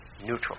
neutral